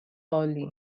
عالی